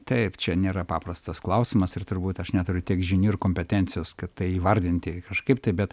taip čia nėra paprastas klausimas ir turbūt aš neturiu tiek žinių ir kompetencijos kad tai įvardinti kažkaip taip bet